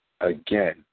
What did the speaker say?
again